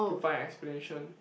to find explanation